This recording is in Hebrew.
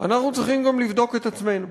אנחנו צריכים גם לבדוק את עצמנו.